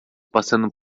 passando